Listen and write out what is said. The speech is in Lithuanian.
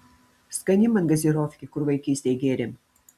skani man gazirofkė kur vaikystėj gėrėm